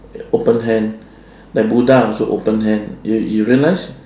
open hand like buddha also open hand you you realise